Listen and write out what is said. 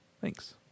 Thanks